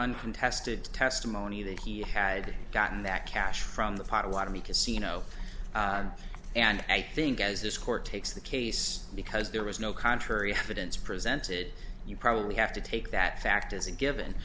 uncontested testimony that he had gotten that cash from the pottawattamie casino and i think as this court takes the case because there was no contrary evidence presented you probably have to take that fact as a given